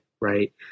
right